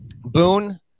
Boone